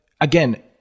again